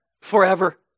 forever